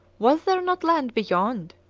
was there not land beyond?